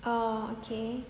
orh okay